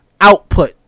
output